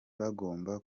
bagomba